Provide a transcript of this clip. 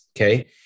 Okay